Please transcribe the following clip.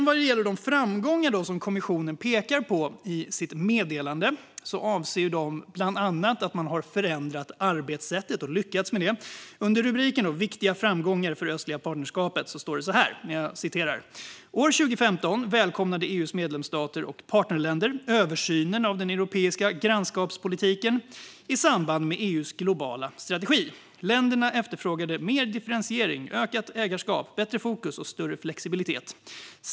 Vad gäller de framgångar som kommissionen pekar på i sitt meddelande avser de bland annat att man har lyckats förändra arbetssättet. Under rubriken "Viktiga framgångar för det östliga partnerskapet" står det följande: "År 2015 välkomnade EU:s medlemsstater och partnerländer översynen av den europeiska grannskapspolitiken i samband med EU:s globala strategi. Länderna efterfrågade mer differentiering, ökat ägarskap, bättre fokus och större flexibilitet.